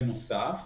בנוסף,